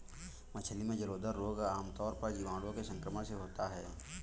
मछली में जलोदर रोग आमतौर पर जीवाणुओं के संक्रमण से होता है